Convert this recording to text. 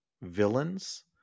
villains